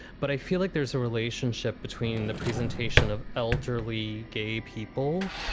but i feel like there's a relationship between the presentation of elderly gay people.